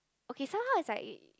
okay somehow is like